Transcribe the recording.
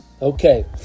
Okay